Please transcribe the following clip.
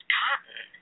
cotton